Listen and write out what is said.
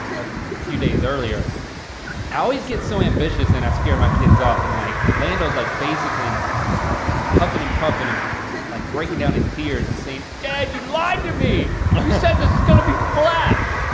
a few days earlier. i always get so ambitious and i scare my kids off and like lando's like basically huffin' and puffin' and like breakin' down in tears and saying, dad, you lied to me! you said this was gonna be flat!